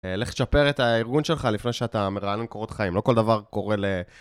לך לשפר את הארגון שלך לפני שאתה מרענן קורות חיים, לא כל דבר קורה ל...